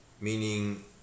meaning